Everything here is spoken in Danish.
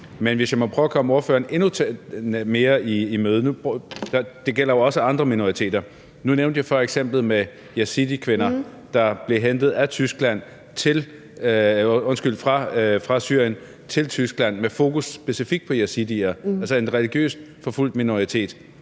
Men jeg kan prøve at komme ordføreren endnu mere i møde, for det gælder jo også andre minoriteter. Nu nævnte jeg eksemplet med yazidikvinder, der blev hentet fra Syrien til Tyskland, altså hvor der var et specifikt fokus på yazidier, en religiøst forfulgt minoritet.